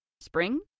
Spring